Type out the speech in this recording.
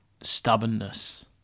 stubbornness